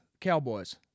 Cowboys